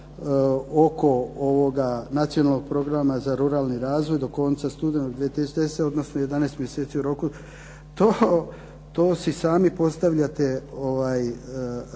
oko ovog Nacionalnog programa za ruralni razvoj do konca studenog 2010., odnosno 11 mjeseci u roku. To si sami postavljate uvjete,